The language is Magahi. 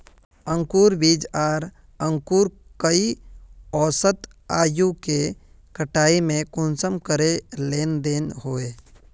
अंकूर बीज आर अंकूर कई औसत आयु के कटाई में कुंसम करे लेन देन होए?